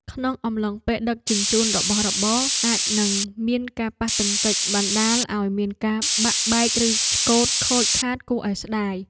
ក្នុងអំឡុងពេលដឹកជញ្ជូនរបស់របរអាចនឹងមានការប៉ះទង្គិចបណ្ដាលឱ្យមានការបាក់បែកឬឆ្កូតខូចខាតគួរឱ្យស្ដាយ។